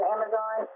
Amazon